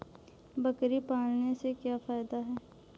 बकरी पालने से क्या फायदा है?